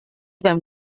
beim